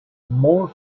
more